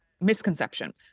misconception